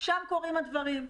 שם קורים הדברים.